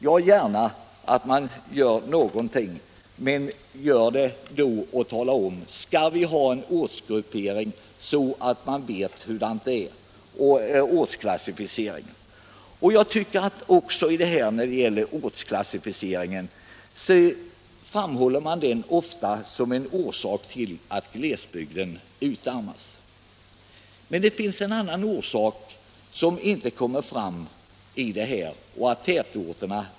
Ja, gör gärna någonting men tala då om huruvida vi skall ha en ortsklassificering. Ortsklassificeringen framhålls ofta som en orsak till att glesbygden avfolkas. Men det finns också en annan orsak som inte har kommit fram.